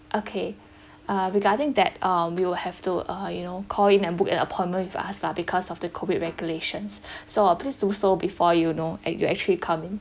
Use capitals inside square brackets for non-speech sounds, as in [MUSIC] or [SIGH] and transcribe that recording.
okay [BREATH] uh regarding that uh we'll have to uh you know call in and book an appointment with us lah because of the COVID regulations [BREATH] so please do so before you know and you actually coming